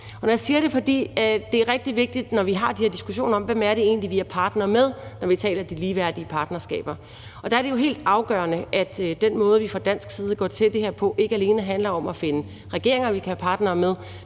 det er rigtig vigtigt, når vi har de her diskussioner om, hvem det egentlig er, vi er partnere med, og når vi taler de ligeværdige partnerskaber. Der er det jo helt afgørende, at den måde, vi fra dansk side går til det her på, ikke alene handler om at finde regeringer, vi kan være partnere med,